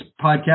podcast